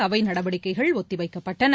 அவை நடவடிக்கைகள் ஒத்திவைக்கப்பட்டன